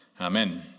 Amen